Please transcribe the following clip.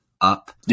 up